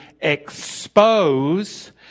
expose